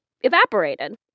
evaporated